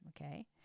Okay